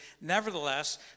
nevertheless